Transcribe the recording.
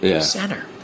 center